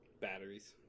batteries